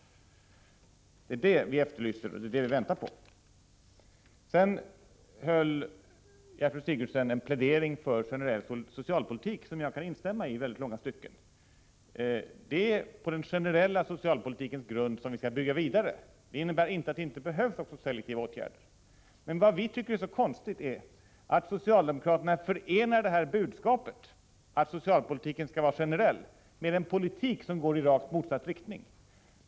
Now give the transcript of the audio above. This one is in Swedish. Det är det vi efterlyser och väntar på. Gertrud Sigurdsen pläderade för en generell socialpolitik, och det är ett program som jag i långa stycken kan instämma i. Det är på den generella socialpolitikens grund som vi skall bygga vidare. Det innebär inte att det inte också behövs selektiva åtgärder. Men vad vi tycker är så konstigt är att socialdemokraterna förenar budskapet att socialpolitiken skall vara generell med en politik som går i rakt motsatt riktning.